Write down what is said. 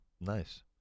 Nice